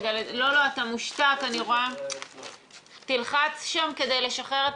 אני חושב שזה צריך לעבור לוועדת העבודה והרווחה.